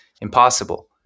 impossible